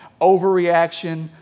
overreaction